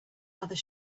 other